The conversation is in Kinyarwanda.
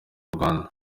rwanda